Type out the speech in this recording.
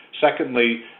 Secondly